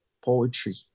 poetry